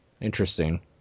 Interesting